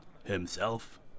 Himself